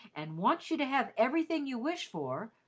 and wants you to have everything you wish for,